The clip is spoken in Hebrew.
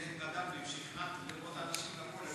ההצעה להעביר את